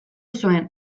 zuen